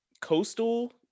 Coastal